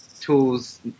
tools